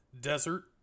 desert